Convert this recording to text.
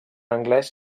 anglès